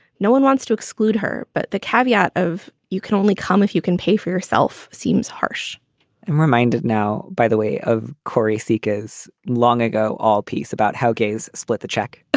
no one wants to exclude her, but the caveat of you can only come if you can pay for yourself. seems harsh i'm reminded now, by the way, of corey seekers long ago all piece about how gays split the check ah